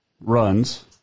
runs